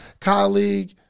colleague